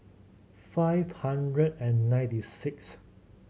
five hundred and ninety sixth